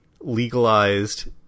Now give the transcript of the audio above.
legalized